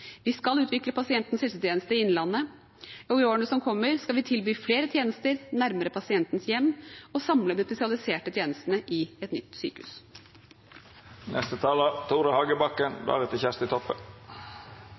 Vi skal utvikle pasientens helsetjeneste i Innlandet, og i årene som kommer, skal vi tilby flere tjenester nærmere pasientens hjem og samle de spesialiserte tjenestene i et nytt